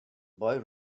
boy